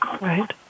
Right